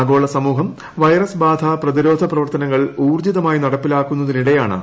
ആഗോള സമൂഹം വൈറസ് ബാധാ പ്രതിരോധ പ്രവർത്തനങ്ങൾ ഊർജിതമായി നടപ്പിലാക്കുന്നതിനിടെയാണ് ണ